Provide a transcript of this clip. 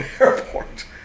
airport